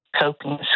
coping